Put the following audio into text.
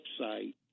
website